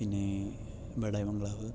പിന്നെ ബഡായി ബംഗ്ലാവ്